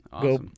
go